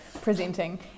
presenting